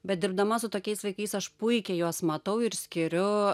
bet dirbdama su tokiais vaikais aš puikiai juos matau ir skiriu